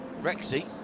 Rexy